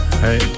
Hey